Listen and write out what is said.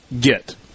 Get